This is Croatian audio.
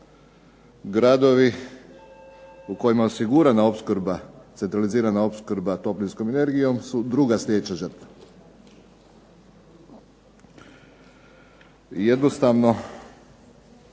gradovi u kojima je osigurana centralizirana opskrba toplinskom energijom su druga sljedeća žrtva. Jednostavno